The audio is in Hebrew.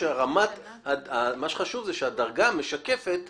מה שחשוב זה שהדרגה משקפת